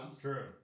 True